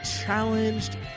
challenged